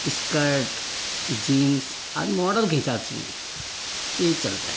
skirt jeans और model के हिसाब से ये चलता है